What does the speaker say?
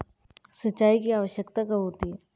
सिंचाई की आवश्यकता कब होती है?